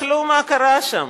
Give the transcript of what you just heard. תסתכלו מה קרה שם.